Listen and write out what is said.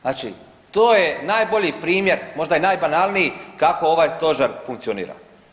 Znači to je najbolji primjer, možda i najbanalniji kako ovaj stožer funkcionira.